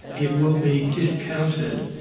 it will be discounted,